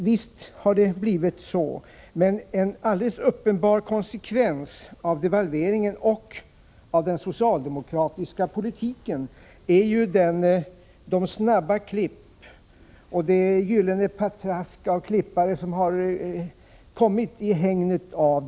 Visst har det blivit så, men en annan alldeles uppenbar konsekvens av devalveringen och av den socialdemokratiska politiken är de snabba klipp och det gyllene patrask av klippare som har uppstått i hägnet av den.